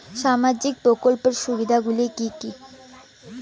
সামাজিক প্রকল্পের সুবিধাগুলি কি কি?